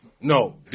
No